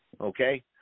okay